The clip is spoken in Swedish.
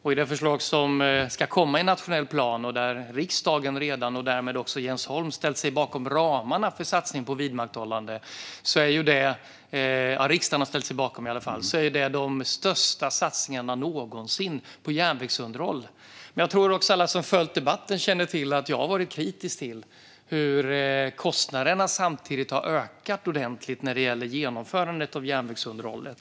I det förslag som ska komma i nationell plan och där redan riksdagen och därmed också Jens Holm - i alla fall riksdagen - har ställt sig bakom satsningarna på vidmakthållande handlar det om de största satsningarna någonsin på järnvägsunderhåll. Jag tror dock att alla som följt debatten känner till att jag har varit kritisk till hur kostnaderna samtidigt har ökat ordentligt när det gäller genomförandet av järnvägsunderhållet.